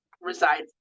resides